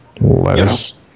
Lettuce